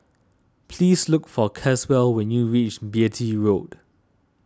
please look for Caswell when you reach Beatty Road